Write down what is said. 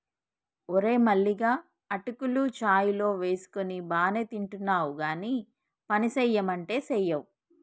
ఓరే మల్లిగా అటుకులు చాయ్ లో వేసుకొని బానే తింటున్నావ్ గానీ పనిసెయ్యమంటే సెయ్యవ్